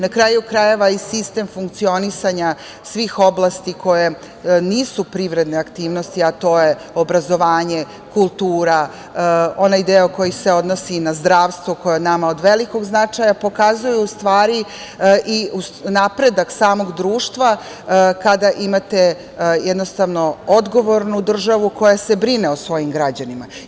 Na kraju krajeva, i sistem funkcionisanja svih oblasti koje nisu privredne aktivnosti, a to je obrazovanje, kultura, onaj deo koji se odnosi na zdravstvo, koje je nama od velikog značaja, pokazuje u stvari i napredak samog društva kada imate odgovornu državu koja se brine o svojim građanima.